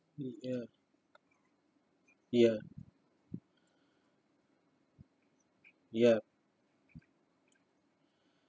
ya ya